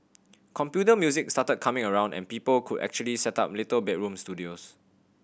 computer music started coming around and people could actually set up little bedroom studios